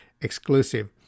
Exclusive